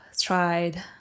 tried